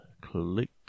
Click